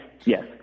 yes